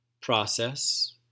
process